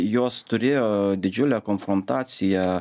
jos turėjo didžiulę konfrontaciją